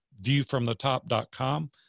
viewfromthetop.com